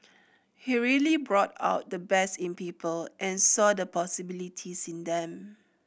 he really brought out the best in people and saw the possibilities in them